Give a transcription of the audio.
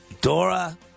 Dora